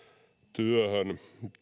työhön